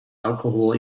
alcohol